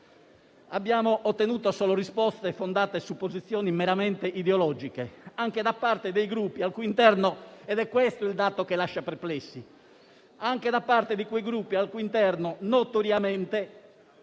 Abbiamo ottenuto solo risposte fondate su posizioni meramente ideologiche anche da parte dei Gruppi al cui interno - ed